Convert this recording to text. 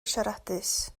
siaradus